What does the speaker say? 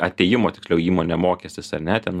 atėjimo tiksliau į įmonę mokestis ar ne ten